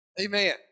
Amen